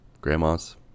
grandmas